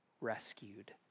rescued